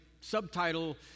subtitle